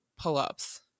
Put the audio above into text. pull-ups